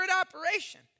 operation